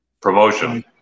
Promotion